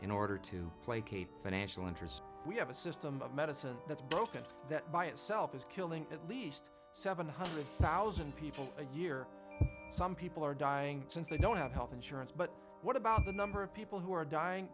in order to placate financial interests we have a system of medicine that's broken that by itself is killing at least seven hundred thousand people a year some people are dying since they don't have health insurance but what about the number of people who are dying